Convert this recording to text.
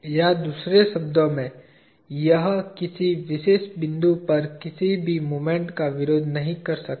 या दूसरे शब्दों में यह किसी विशेष बिंदु पर किसी भी मोमेंट का विरोध नहीं कर सकता